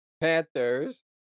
Panthers